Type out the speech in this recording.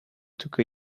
took